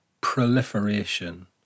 proliferation